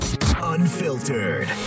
unfiltered